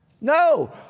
No